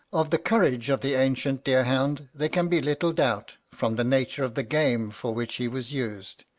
of the courage of the ancient deer-hound there can be little doubt, from the nature of the game for which he was used.